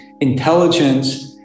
intelligence